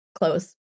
close